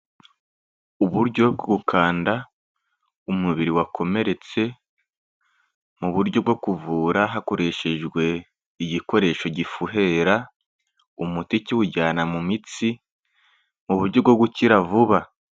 Uburyo bwo gukanda umubiri wakomeretse, mu buryo bwo kuvura hakoreshejwe igikoresho gifuhera umuti kiwujyana mu mitsi mu buryo bwo gukira vuba.